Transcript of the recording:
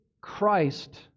Christ